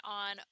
on